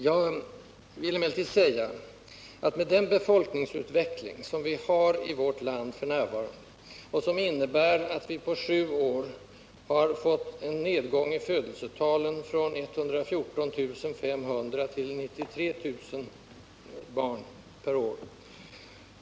Jag vill emellertid peka på att den befolkningsutveckling som vi har i vårt land f. n. innebär att vi på sju år har fått en nedgång i födelsefrekvensen från 114 500 till 93 000 barn per år.